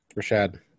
Rashad